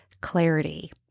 clarity